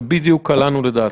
בדיוק קלענו לדעתך.